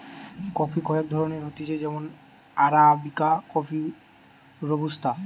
coffee কয়েক ধরণের হতিছে যেমন আরাবিকা কফি, রোবুস্তা